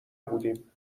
بودیم